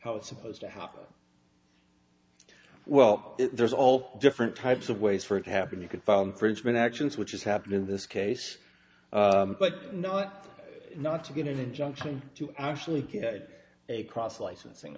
it's supposed to happen well there's all different types of ways for it to happen you could phone frenchmen actions which has happened in this case but not to get an injunction to actually get a cross licensing